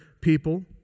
people